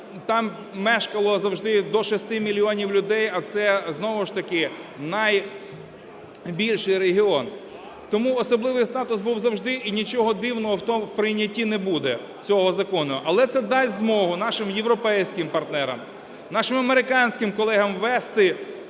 там мешкало завжди до шести мільйонів людей, а це, знову ж таки, найбільший регіон. Тому особливий статус був завжди, і нічого дивного в прийнятті не буде цього закону. Але це дасть змогу нашим європейським партнерам, нашим американським колегам ввести